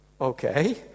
okay